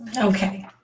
Okay